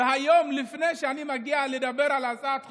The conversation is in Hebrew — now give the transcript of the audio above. והיום, לפני שאני מגיע לדבר על הצעת החוק,